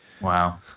Wow